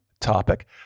topic